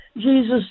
Jesus